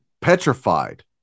petrified